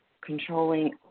controlling